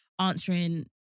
Answering